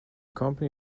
company